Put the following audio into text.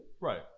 Right